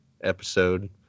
episode